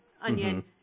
Onion